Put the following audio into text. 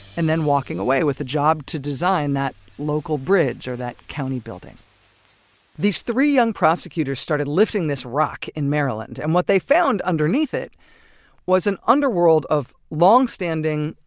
and then walking away with a job to design that local bridge or that county building these three young prosecutors started lifting this rock in maryland and what they found underneath it was an underworld of long-standing,